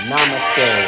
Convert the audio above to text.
Namaste